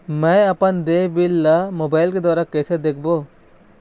मैं अपन देय बिल ला मोबाइल के द्वारा कइसे देखबों?